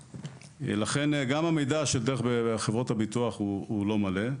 לכן גם המידע של חברות הביטוח הוא לא מלא.